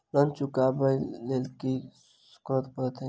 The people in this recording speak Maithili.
लोन चुका ब लैल की सब करऽ पड़तै?